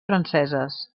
franceses